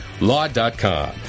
Law.com